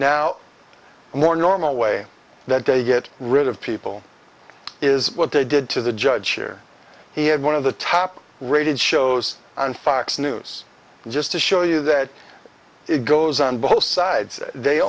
a more normal way that they get rid of people is what they did to the judge here he had one of the top rated shows on fox news just to show you that it goes on both sides they